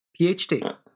PhD